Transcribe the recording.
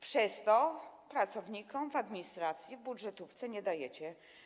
Przez to pracownikom w administracji, w budżetówce nie dajecie.